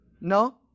No